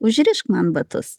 užrišk man batus